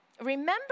Remember